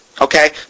Okay